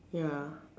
ya